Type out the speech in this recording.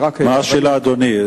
מה השאלה, אדוני?